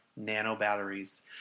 nanobatteries